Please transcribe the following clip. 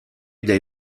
dei